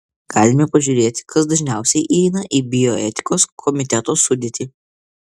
galime pažiūrėti kas dažniausiai įeina į bioetikos komiteto sudėtį